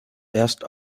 erst